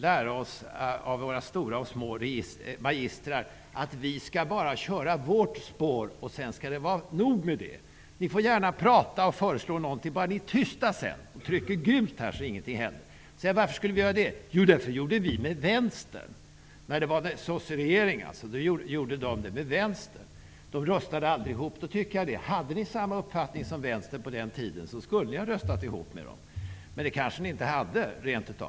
Vi har av våra stora och små magistrar fått lära oss att vi bara skall köra vårt spår och att det sedan skall vara nog. De har sagt till oss att vi gärna får prata och föreslå saker, bara vi är tysta sedan och trycker gult i voteringen, så att ingenting händer. Jag frågar då: Varför skulle vi göra det? Jo, säger de, därför att vi gjorde så med vänstern när det var sosseregering. De röstade alltså aldrig ihop. Men hade ni samma uppfattning som vänstern på den tiden, skulle ni också ha rösta ihop med dem. Fast det kanske ni inte hade?